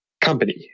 company